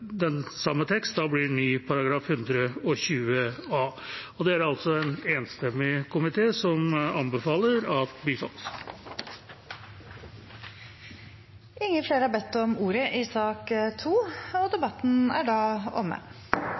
den samme tekst blir ny § 120 a. Det er en enstemmig komité som anbefaler at det bifalles. Flere har ikke bedt om ordet til sak nr. 2. Som i forrige sak er ikke saksordføreren til stede, og